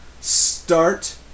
start